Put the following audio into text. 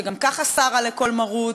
שגם ככה סרה לכל מרות,